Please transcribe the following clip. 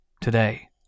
Today